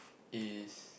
is